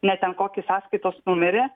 ne ten kokį sąskaitos numerį